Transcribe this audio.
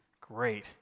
Great